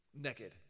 Naked